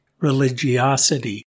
religiosity